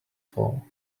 fall